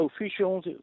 officials